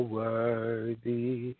worthy